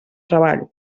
treball